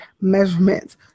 measurements